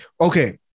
okay